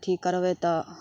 अथि करबै तऽ